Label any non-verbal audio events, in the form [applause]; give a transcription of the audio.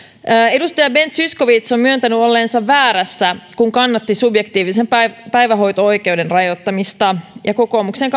edustaja ben zyskowicz on myöntänyt olleensa väärässä kun kannatti subjektiivisen päivähoito oikeuden rajoittamista ja kokoomuksen [unintelligible]